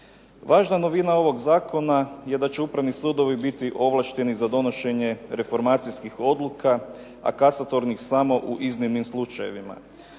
Važna novina ovog zakona je da će upravni sudovi biti ovlašteni za donošenje reformacijskih odluka, a kasatornih samo u iznimnim slučajevima.